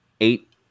eight